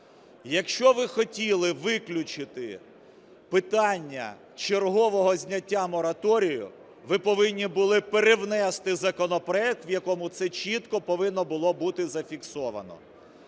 Якщо ви хотіли виключити питання чергового зняття мораторію, ви повинні були перевнести законопроект, в якому це чітко повинно було бути зафіксовано.